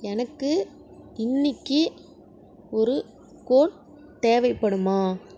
எனக்கு இன்னிக்கு ஒரு கோட் தேவைப்படுமா